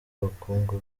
ubukungu